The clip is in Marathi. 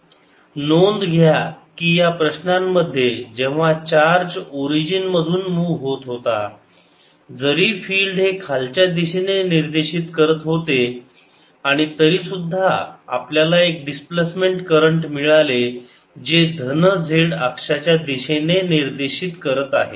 14π0 qv2 ddt1t2zJD 12πqv2t3z नोंद घ्या की या प्रश्नांमध्ये जेव्हा चार्ज ओरिजिन मधून मूव होत होता जरी फिल्ड हे खालच्या दिशेने निर्देशीत करत होते आणि तरीसुद्धा आपल्याला एक डिस्प्लेसमेंट करंट मिळाले जे धन z अक्षाच्या दिशेने निर्देशीत करत आहे